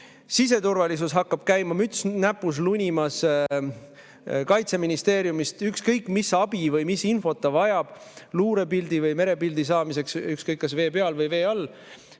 Siseturvalisus hakkab käima, müts näpus, lunimas Kaitseministeeriumist, ükskõik mis abi või mis infot ta vajab, luurepildi või merepildi saamiseks ükskõik, kas vee peal või vee all.